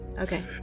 Okay